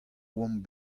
oamp